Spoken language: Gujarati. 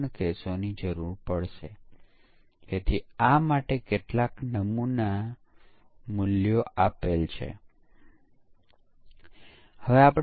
હવે ચાલો યુનિટ પરીક્ષણમાં કેટલાક ખૂબ જ મૂળભૂત ઉપયોગો જોઈએ